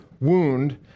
wound